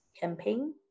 campaign